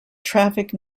traffic